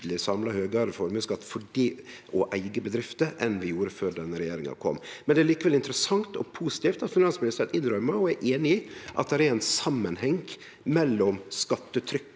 høgare samla formuesskatt for å eige bedrifter enn vi gjorde før denne regjeringa kom, men det er likevel interessant og positivt at finansministeren innrømmer og er einig i at det er ein samanheng mellom skattetrykket,